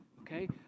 okay